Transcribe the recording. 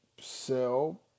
sell